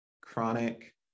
chronic